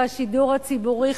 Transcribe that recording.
והשידור הציבורי,